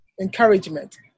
encouragement